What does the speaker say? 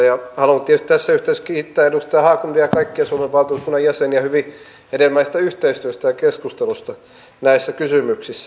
haluan tietysti tässä yhteydessä kiittää edustaja haglundia ja kaikkia suomen valtuuskunnan jäseniä hyvin hedelmällisestä yhteistyöstä ja keskustelusta näissä kysymyksissä